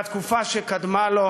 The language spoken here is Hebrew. והתקופה שקדמה לו,